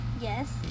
yes